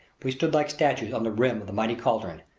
we stood like statues on the rim of the mighty caldron,